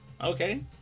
Okay